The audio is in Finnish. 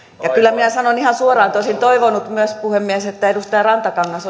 kyllä minä sanon ihan suoraan että olisin toivonut myös puhemies että edustaja rantakangas